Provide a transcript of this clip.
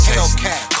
Hellcat